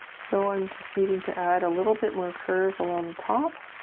so i'm just needing to add a little bit more curve along the top